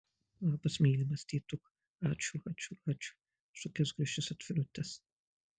labas mylimas tetuk ačiū ačiū ačiū už tokias gražias atvirutes